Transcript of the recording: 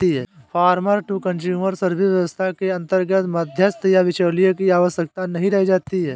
farmer to consumer service व्यवस्था के अंतर्गत मध्यस्थ या बिचौलिए की आवश्यकता नहीं रह जाती है